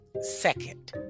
second